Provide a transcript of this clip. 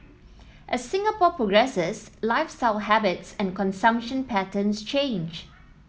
as Singapore progresses lifestyle habits and consumption patterns change